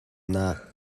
nak